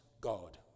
God